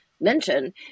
mention